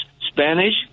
Spanish